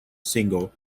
single